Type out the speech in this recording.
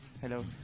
Hello